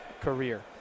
career